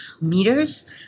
meters